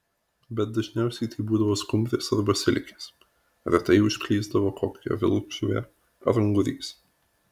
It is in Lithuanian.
bet dažniausiai tai būdavo skumbrės arba silkės retai užklysdavo kokia vilkžuvė ar ungurys